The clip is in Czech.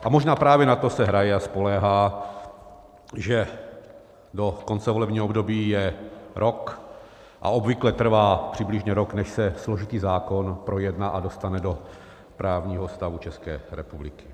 A možná právě na to se hraje a spoléhá, že do konce volebního období je rok, a obvykle trvá přibližně rok, než se složitý zákon projedná a dostane do právního stavu České republiky.